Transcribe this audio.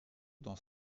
dans